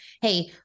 hey